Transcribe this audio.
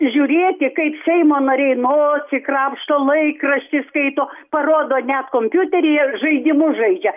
žiūrėti kaip seimo nariai nosį krapšto laikraštį skaito parodo net kompiuteryje žaidimus žaidžia